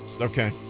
Okay